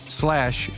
slash